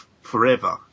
forever